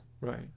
Right